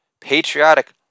patriotic